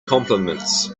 compliments